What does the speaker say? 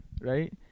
right